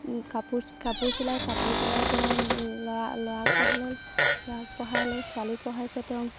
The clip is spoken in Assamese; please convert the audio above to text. কাপোৰ কাপোৰ চিলাই কাপোৰ চিলাই তেওঁ ল'ৰা ল'ৰাক পঢ়ালে ল'ৰাক পঢ়ালে ছোৱালীক পঢ়াইছে তেওঁ